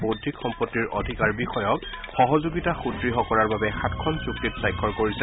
বৌদ্ধিক সম্পত্তিৰ অধিকাৰ বিষয়ক সহযোগিতা সুদ্য় কৰাৰ বাবে সাতখন চুক্তিত স্বাক্ষৰ কৰিছে